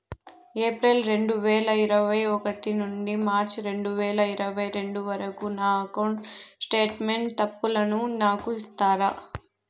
April రెండు వేల ఇరవై ఒకటి నుండి మార్చ్ రెండు వేల ఇరవై రెండు వరకు నా అకౌంట్ స్టేట్మెంట్ తప్పులను నాకు ఇస్తారా?